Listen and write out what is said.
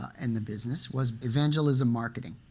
and the business was evangelism marketing.